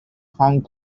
hong